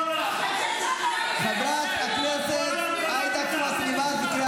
חברת הכנסת טלי גוטליב, את בקריאה